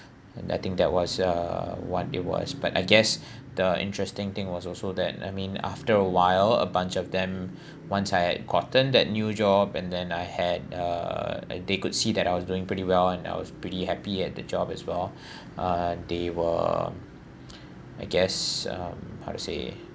and I think that was uh what it was but I guess the interesting thing was also that I mean after a while a bunch of them once I had gotten that new job and then I had uh they could see that I was doing pretty well and I was pretty happy at the job as well uh they were I guess um how to say